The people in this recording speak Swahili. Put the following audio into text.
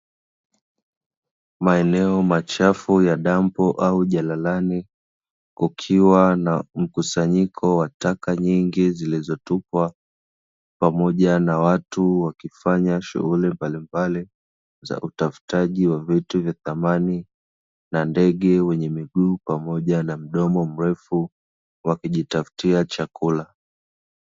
Maeneo machafu ya dampo au jalalani kukiwa na mkusanyiko wa taka nyingi, zilizotupwa pamoja na watu wakifanya shughuli mbalimbali za utafutaji wa vitu vya thamani, pamoja na ndege wenye miguu na mdomo mrefu wakijitafutia chakula.